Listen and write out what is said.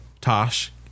Tosh